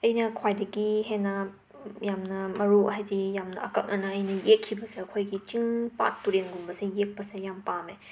ꯑꯩꯅ ꯈ꯭ꯋꯥꯏꯗꯒꯤ ꯍꯦꯟꯅ ꯌꯥꯝꯅ ꯃꯔꯨ ꯍꯥꯏꯗꯤ ꯌꯥꯝꯅ ꯑꯀꯛꯅꯅ ꯑꯩꯅ ꯌꯦꯛꯈꯤꯕꯁꯦ ꯑꯩꯈꯣꯏꯒꯤ ꯆꯤꯡ ꯄꯥꯠ ꯇꯨꯔꯦꯜꯒꯨꯝꯕꯁꯦ ꯌꯦꯛꯄꯁꯦ ꯌꯥꯝꯅ ꯄꯥꯝꯃꯦ